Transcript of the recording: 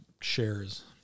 shares